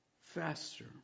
Faster